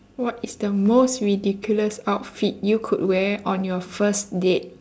what is the most ridiculous outfit you could wear on your first date